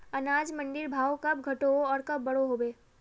अनाज मंडीर भाव कब घटोहो आर कब बढ़ो होबे?